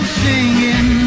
singing